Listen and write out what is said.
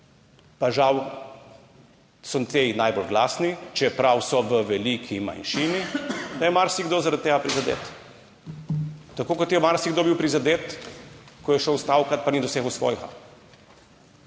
pa žal so ti najbolj glasni, čeprav so v veliki manjšini, da je marsikdo, zaradi tega prizadet. Tako kot je marsikdo bil prizadet, ko je šel stavkati, pa ni dosegel svojega.